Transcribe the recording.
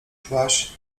szłaś